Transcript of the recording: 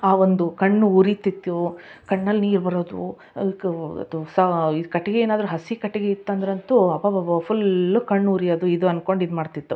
ಆ ಒಂದು ಕಣ್ಣು ಉರೀತಿತ್ತು ಕಣ್ಣಲ್ಲಿ ನೀರು ಬರೋದು ಅದಕ್ಕು ಅದು ಸಹ ಇದು ಕಟ್ಟಿಗೆ ಏನಾದರೂ ಹಸಿ ಕಟ್ಟಿಗೆ ಇತ್ತಂದ್ರೆ ಅಂತೂ ಅಬ್ಬಬಬ ಫುಲ್ಲೂ ಕಣ್ಣು ಉರಿಯೋದು ಇದು ಅನ್ಕೊಂಡು ಇದು ಮಾಡ್ತಿತ್ತು